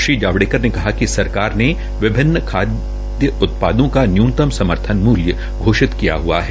श्री जावड़ेकर ने कहा कि सरकार ने विभिन्न खादय उत्पादों का न्यूनतम समर्थन मूल्य घोषित किया हुआ है